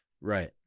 Right